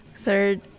third